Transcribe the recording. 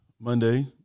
Monday